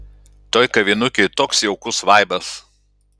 toj kavinukėj toks jaukus vaibas